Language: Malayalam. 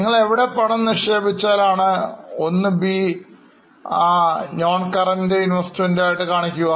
നിങ്ങൾ എവിടെ പണം നിക്ഷേപിച്ചാൽ ഒന്ന് b ആയിട്ടാണ് കാണിക്കുക